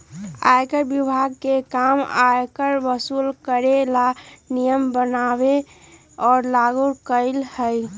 आयकर विभाग के काम आयकर वसूल करे ला नियम बनावे और लागू करेला हई